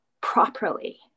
properly